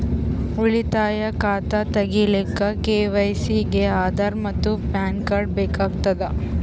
ಉಳಿತಾಯ ಖಾತಾ ತಗಿಲಿಕ್ಕ ಕೆ.ವೈ.ಸಿ ಗೆ ಆಧಾರ್ ಮತ್ತು ಪ್ಯಾನ್ ಕಾರ್ಡ್ ಬೇಕಾಗತದ